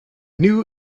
knew